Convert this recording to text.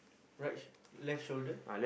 right sh~ left shoulder